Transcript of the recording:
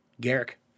Garrick